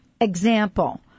example